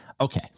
Okay